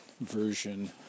version